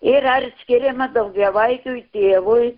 ir ar skiriama daugiavaikiui tėvui